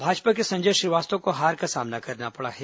भाजपा के संजय श्रीवास्तव को हार का सामना करना पड़ा है